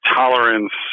tolerance